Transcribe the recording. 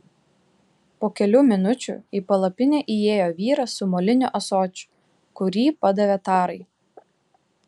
po kelių minučių į palapinę įėjo vyras su moliniu ąsočiu kurį padavė tarai